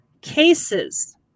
cases